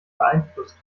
beeinflusst